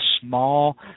small